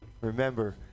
Remember